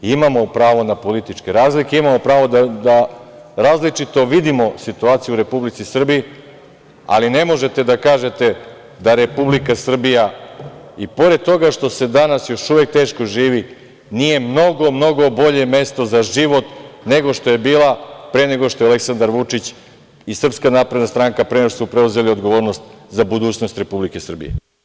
Imamo pravo na političke razlike, imamo pravo da različito vidimo situaciju u Republici Srbiji, ali ne možete da kažete da Republika Srbija i pored toga što se danas još uvek teško živi nije mnogo bolje mesto za život nego što je bila pre nego što je Aleksandar Vučić i Srpska napredna stranka preuzela odgovornost za budućnost Republike Srbije.